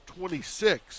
26